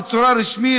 בצורה רשמית,